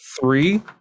Three